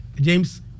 James